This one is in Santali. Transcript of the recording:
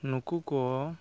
ᱱᱩᱠᱩ ᱠᱚ